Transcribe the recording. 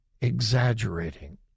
exaggerating